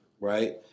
right